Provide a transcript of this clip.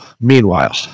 meanwhile